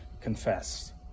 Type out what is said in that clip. confess